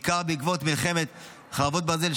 בעיקר בעקבות מלחמת חרבות ברזל,